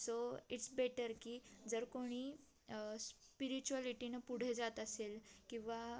so it's better की जर कोणी स्पिरिच्युअलिटीनं पुढे जात असेल किंवा